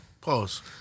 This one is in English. Pause